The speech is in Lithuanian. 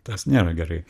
tas nėra gerai